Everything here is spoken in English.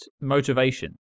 motivation